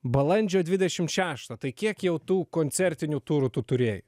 balandžio dvidešim šeštą tai kiek jau tų koncertinių turų tu turėjai